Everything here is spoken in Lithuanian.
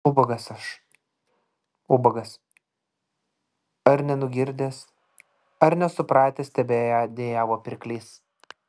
ubagas aš ubagas ar nenugirdęs ar nesupratęs tebedejavo pirklys